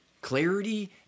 clarity